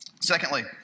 Secondly